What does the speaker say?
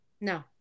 no